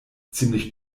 ziemlich